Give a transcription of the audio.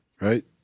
Right